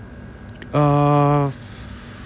uh